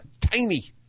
Tiny